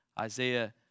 Isaiah